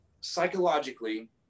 psychologically